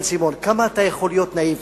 כמה אתה יכול להיות נאיבי?